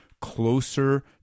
closer